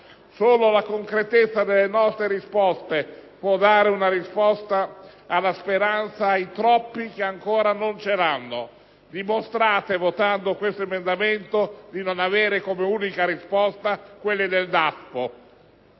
Solo la concretezza delle nostre risposte puo dare risposta alla speranza dei troppi che ancora non ce l’hanno. Dimostrate, votando a favore di questo emendamento, di non avere come unica risposta il ricorso ai DASPO.